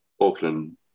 Auckland